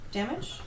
damage